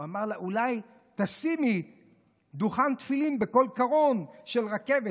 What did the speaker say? והוא אמר לה: אולי תשימי דוכן תפילין בכל קרון של רכבת.